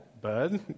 bud